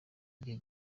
gihe